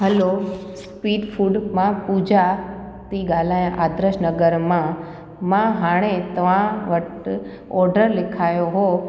hello sweet food मां पूजा थी ॻाल्हायां आद्रश नगर मां मां हाणे तव्हां वटि ऑडर लिखायो हुओ